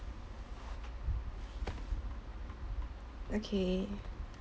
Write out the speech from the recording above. okay